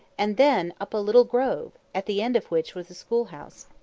and then up a little grove, at the end of which was the school-house.